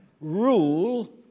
rule